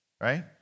right